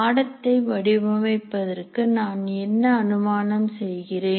பாடத்தை வடிவமைப்பதற்கு நான் என்ன அனுமானம் செய்கிறேன்